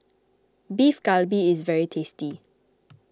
Beef Galbi is very tasty